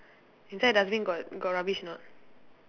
inside the dustbin got got rubbish or not